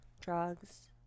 drugs